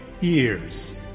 years